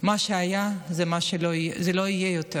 שמה שהיה לא יהיה יותר.